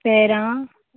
पेरां